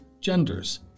genders